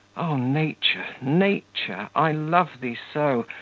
o nature! nature! i love thee so,